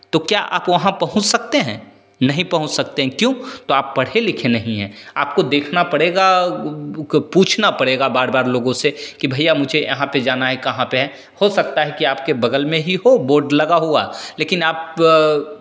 तो क्या वहाँ पहुँच सकते हैं नहीं पहुँच सकते हैं क्यों तो आप पढ़े लिखे नहीं हैं आपको देखना पड़ेगा पूछना पड़ेगा बार बार लोगों से कि भैया मुझे यहाँ पे जाना है कहाँ पे है हो सकता है कि आपके बगल में ही हो बोर्ड लगा हुआ लेकिन आप